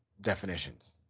definitions